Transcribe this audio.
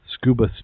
scuba